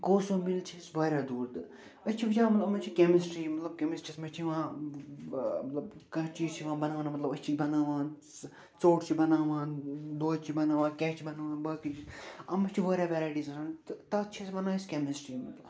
کوسومِل چھِ أسۍ وارِیاہ دوٗر تہٕ أسۍ چھِ وٕچھان مطلب منٛز چھِ کٮ۪مسٹری مطلب کٮ۪مسٹرٛیٖیس چھِ یِوان مطلب کانٛہہ چیٖز چھُ یِوان بناونہٕ مطلب أسۍ چھِ بناوان ژوٚٹ چھِ بناوان دۄد چھِ بناوان کیٚنٛہہ چھِ بناوان باقی چی اَتھ منٛز چھِ وارِیاہ وٮ۪راٹیٖز آسان تہٕ تتھ چھِ أسۍ وَنان أسۍ کٮ۪مسٹری